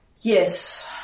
Yes